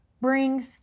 brings